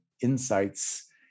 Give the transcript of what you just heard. insights